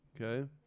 okay